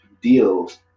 deals